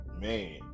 Man